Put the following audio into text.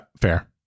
Fair